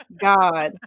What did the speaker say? God